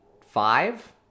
five